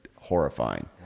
horrifying